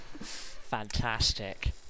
Fantastic